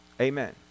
Amen